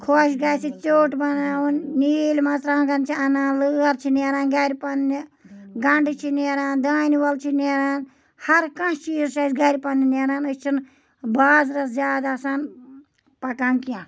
خۄش گژھِ ژیوٚٹ بَناوُن نیٖلۍ مَرژٕوانٛگَن چھِ اَنان لٲر چھِ نیران گَرِ پنٛنہِ گَنٛڈٕ چھِ نیران دانِوَل چھِ نیران ہرکانٛہہ چیٖز چھُ اَسہِ گَرِ پنٛنہِ نیران أسۍ چھِنہٕ بازرَس زیادٕ آسان پَکان کینٛہہ